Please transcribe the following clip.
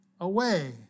away